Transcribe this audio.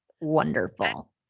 wonderful